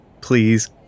please